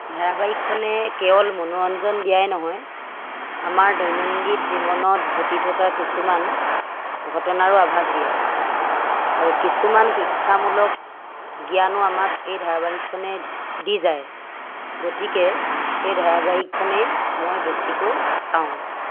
ধাৰাবাহিকখনে কেৱল মনোৰঞ্জন দিয়াই নহয় আমাৰ দৈনন্দিন জীৱনত ঘটি থকা কিছুমান ঘটনাৰো আভাস দিয়ে আৰু কিছুমান শিক্ষামূলক জ্ঞানো আমাক এই ধাৰাবাহিকখনে দি যায় গতিকে এই ধাৰাবাহিক খনেই মই বেছিকৈ চাওঁ